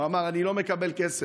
והוא אמר: אני לא מקבל כסף.